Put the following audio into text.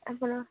ଆପଣ